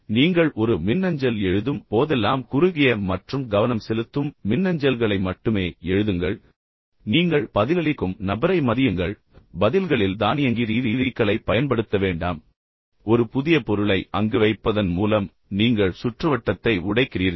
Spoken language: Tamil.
நீங்கள் ஒரு மின்னஞ்சல் எழுதும் போதெல்லாம் குறுகிய மற்றும் கவனம் செலுத்தும் மின்னஞ்சல்களை மட்டுமே எழுதுங்கள் நீங்கள் யாருக்காவது பதிலளிக்கும்போது நீங்கள் பதிலளிக்கும் நபரை மதியுங்கள் பதில்களில் தானியங்கி ரீ ரீ ரீக்களை பயன்படுத்த வேண்டாம் ஒரு புதிய பொருளை அங்கு வைப்பதன் மூலம் நீங்கள் சுற்றுவட்டத்தை உடைக்கிறீர்கள்